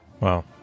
Wow